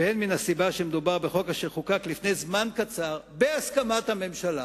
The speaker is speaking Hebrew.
והן מן הסיבה שמדובר בחוק אשר חוקק לפני זמן קצר בהסכמת הממשלה,